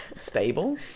stable